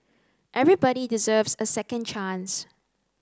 everybody deserves a second chance